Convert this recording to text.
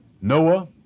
Noah